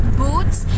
boots